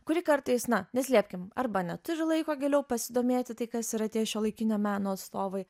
kuri kartais na neslėpkim arba neturi laiko giliau pasidomėti tai kas yra tie šiuolaikinio meno atstovai